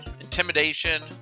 Intimidation